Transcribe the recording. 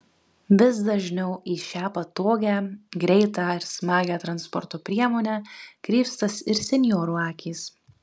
vis dažniau į šią patogią greitą ir smagią transporto priemonę krypsta ir senjorų akys